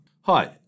Hi